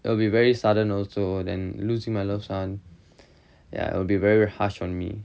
it will be very sudden also than losing my loved one ya it will be very very harsh on me